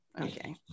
okay